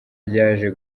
ryaje